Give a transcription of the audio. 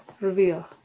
reveal